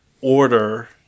order